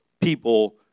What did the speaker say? people